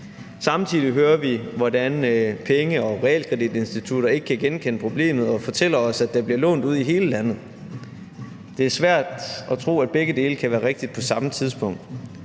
Samtidig hører vi, hvordan penge- og realkreditinstitutter ikke kan genkende problemet og fortæller os, at der bliver lånt ud i hele landet. Det er svært at tro, at begge dele kan være rigtige på samme tidspunkt.